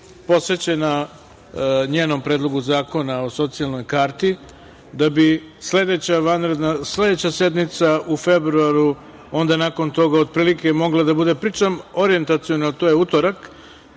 posvećena njenom Predlogu zakona o socijalnoj karti, da bi sledeća sednica u februaru onda nakon toga, otprilike, mogla da bude, pričam orijentaciono, a to je utorak,